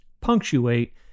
punctuate